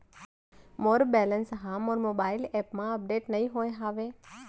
मोर balance हा मोर mobile app मा अपडेट नहीं होय हवे